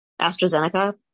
AstraZeneca